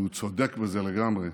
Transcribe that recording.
והוא צודק בזה לגמרי,